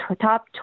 top